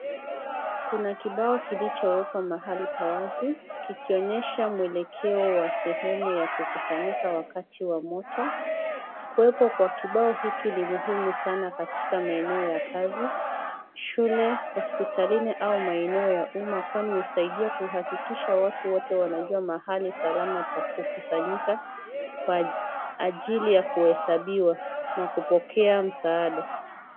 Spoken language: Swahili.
Kuna kibao kilichowekwa mahali pa wazi kikionyesha mwelekeo wa sehemu ya kukusanyika wakati wa moto. Kuwekwa kwa kibao hiki ni muhimu sana katika maeneo ya kazi, shule, hospitalini au maeneo ya umma kwani husaidia kuhakikisha watu wote wamejua mahali salama pa kukusanyika kwa ajili ya kuhesabiwa na kupokea msaada.